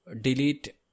delete